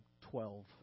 twelve